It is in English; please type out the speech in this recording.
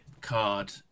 card